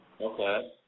Okay